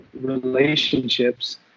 relationships